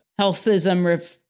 healthism